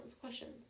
questions